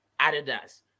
Adidas